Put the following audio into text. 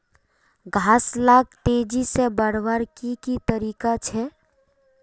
घास लाक तेजी से बढ़वार की की तरीका छे?